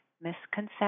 misconception